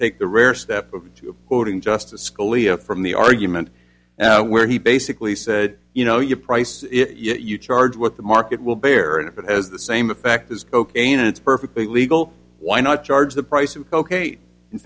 take the rare step of quoting justice scalia from the argument where he basically said you know your price you charge what the market will bear and if it has the same effect as cocaine it's perfectly legal why not charge the price of